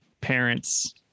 parents